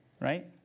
right